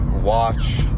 watch